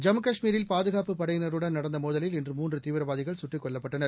ஜம்மு கஷ்மீரில் பாதுகாப்புப் படையினருடன் நடந்த மோதலில் இன்று மூன்று தீவிரவாதிகள் சுட்டுக் கொல்லப்பட்டனர்